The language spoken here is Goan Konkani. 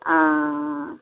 आं